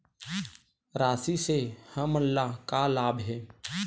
राशि से हमन ला का लाभ हे?